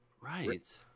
Right